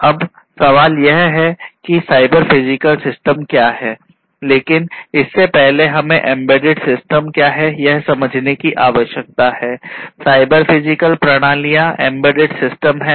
अब सवाल यह है कि साइबर फिजिकल सिस्टम क्या है लेकिन इससे पहले हमें एम्बेडेड सिस्टम के एक साथ होने को समझ सकते हैं